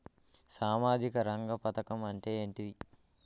సామాజిక రంగ పథకం అంటే ఏంటిది?